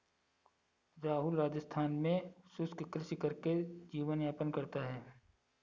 राहुल राजस्थान में शुष्क कृषि करके जीवन यापन करता है